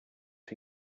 are